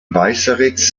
weißeritz